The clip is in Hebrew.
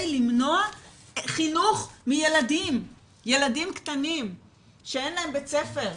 למנוע חינוך מילדים קטנים שאין להם בית ספר.